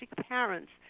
parents